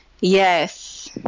Yes